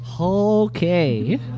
Okay